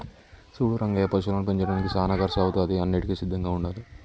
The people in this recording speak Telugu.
సూడు రంగయ్య పశువులను పెంచడానికి సానా కర్సు అవుతాది అన్నింటికీ సిద్ధంగా ఉండాలే